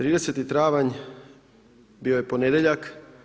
30 travanj bio je ponedjeljak.